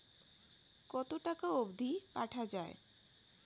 কতো টাকা অবধি পাঠা য়ায়?